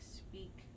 speak